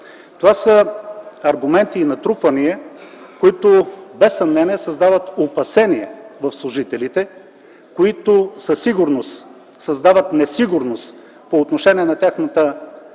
Това са аргументи и натрупвания, които без съмнение създават опасения в служителите, които със сигурност създават несигурност по отношение на тяхната